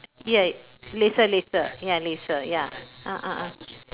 ya laser laser ya laser ya ah ah ah